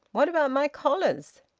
what about my collars?